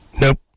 Nope